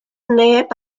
neb